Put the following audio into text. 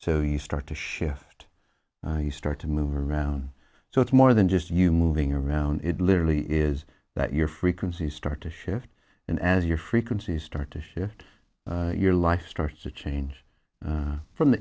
so you start to shift you start to move around so it's more than just you moving around it literally is that your frequencies start to shift and as your frequencies start to shift your life starts to change from the